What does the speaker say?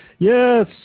Yes